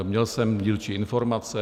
Měl jsem dílčí informace.